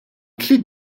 tliet